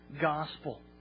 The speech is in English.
gospel